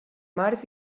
març